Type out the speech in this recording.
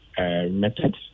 methods